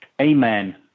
Amen